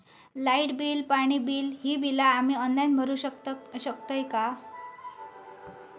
Light bill, पाणी bill, ही बिला आम्ही ऑनलाइन भरू शकतय का?